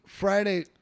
Friday